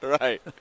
Right